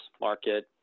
market